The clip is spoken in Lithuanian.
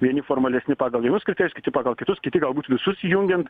vieni formalesni pagal vienus kriterijus kiti pagal kitus kiti galbūt visus jungiant